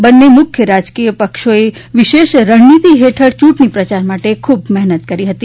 બંને મુખ્ય રાજકીય પક્ષોએ વિશેષ રણનીતિ હેઠળ ચૂંટણી પ્રચાર માટે ખૂબ મહેનત કરી હતી